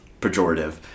pejorative